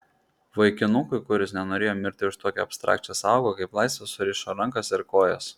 vaikinukui kuris nenorėjo mirti už tokią abstrakčią sąvoką kaip laisvė surišo rankas ir kojas